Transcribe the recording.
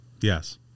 Yes